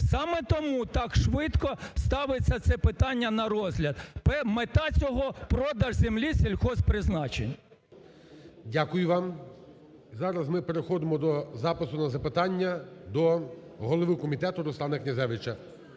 Саме тому так швидко ставиться це питання на розгляд. Мета цього – продаж землі сільгосппризначень. ГОЛОВУЮЧИЙ. Дякую вам. Зараз ми переходимо до запису на запитання до голови комітету Руслана Князевича.